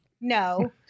no